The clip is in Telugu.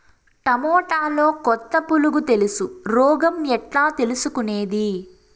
టమోటాలో కొత్త పులుగు తెలుసు రోగం ఎట్లా తెలుసుకునేది?